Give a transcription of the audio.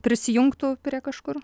prisijungtų prie kažkur